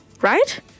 right